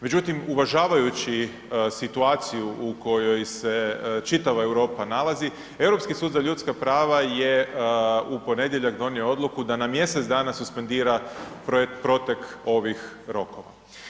Međutim, uvažavajući situaciju u kojoj se čitava Europa nalazi, Europski sud za ljudska prava je u ponedjeljak donio odluku da na mjesec dana suspendira protek ovih rokova.